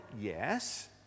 yes